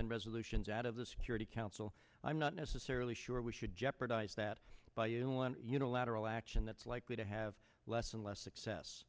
and resolutions out of the security council i'm not necessarily sure we should jeopardize that by you one unilateral action that's likely to have less and less success